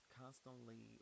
constantly